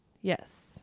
yes